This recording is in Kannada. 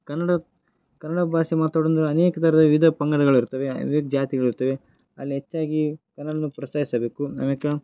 ಕನ್ನಡ ಕನ್ನಡ ಭಾಷೆ ಮಾತಾಡು ಅಂದ್ರೆ ಅನೇಕ ಥರದ ವಿಧ ಪಂಗಡಗಳಿರ್ತವೆ ಇಲ್ಲ ಜಾತಿಗಳಿರ್ತವೆ ಅಲ್ಲಿ ಹೆಚ್ಚಾಗಿ ಕನ್ನಡನ ಪ್ರೋತ್ಸಾಹಿಸಬೇಕು ಆಮ್ಯಾಕೆ